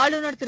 ஆளுநர் திரு